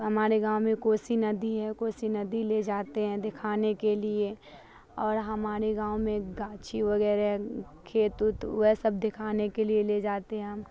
ہماڑے گاؤں میں کوسی ندی ہے کوسی ندی لے جاتے ہیں دکھانے کے لیے اور ہماڑے گاؤں میں گاچی وغیرہ کھیت ویت وہ سب دکھانے کے لیے لے جاتے ہم